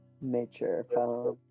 nature